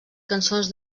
cançons